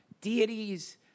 deities